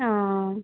ও